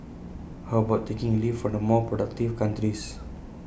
how about taking A leaf for the more productive countries